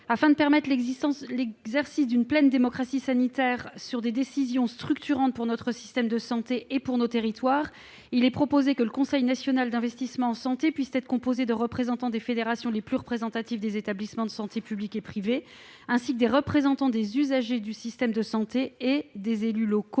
Afin de permettre l'exercice d'une pleine démocratie sanitaire sur des décisions structurantes pour notre système de santé et pour nos territoires, il est proposé que le CNIS intègre des représentants des fédérations les plus représentatives des établissements de santé publics et privés, ainsi que des représentants des usagers du système de santé et des élus locaux,